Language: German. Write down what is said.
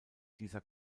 dieser